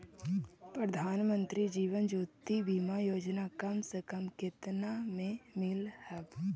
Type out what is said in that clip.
प्रधानमंत्री जीवन ज्योति बीमा योजना कम से कम केतना में मिल हव